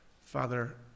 Father